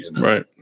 Right